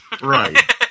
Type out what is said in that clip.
Right